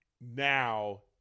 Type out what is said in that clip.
now